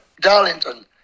Darlington